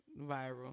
viral